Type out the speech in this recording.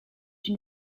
une